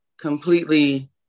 completely